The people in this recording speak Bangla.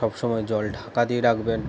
সবসময় জল ঢাকা দিয়ে রাখবেন